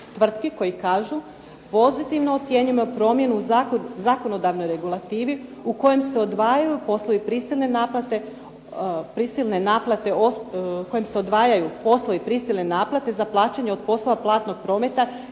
tvrtki koje kažu pozitivno ocjenjujemo promjenu u zakonodavnoj regulativi u kojem se odvajaju poslovi prisilne naplate, kojom se odvajaju poslovi